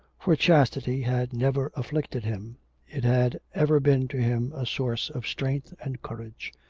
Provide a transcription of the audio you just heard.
for chastity had never afflicted him it had ever been to him a source of strength and courage.